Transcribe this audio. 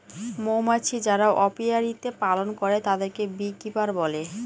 মৌমাছি যারা অপিয়ারীতে পালন করে তাদেরকে বী কিপার বলে